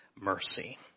mercy